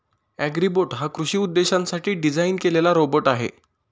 Agribot हा कृषी उद्देशांसाठी डिझाइन केलेला रोबोट आहे